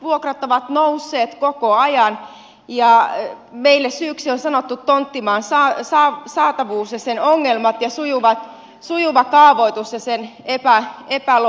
vuokrat ovat nousseet koko ajan ja meille syyksi on sanottu tonttimaan saatavuus sen ongelmat sujuva kaavoitus ja sen epäloogisuus